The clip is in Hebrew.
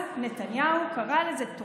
מה לעשות, זאת עובדה מוגמרת שהם חיים כאן איתנו.